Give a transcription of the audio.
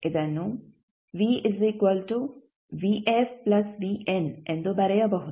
ಇದನ್ನು ಎಂದು ಬರೆಯಬಹುದು